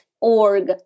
org